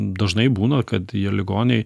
dažnai būna kad tie ligoniai